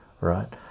Right